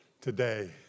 today